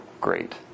great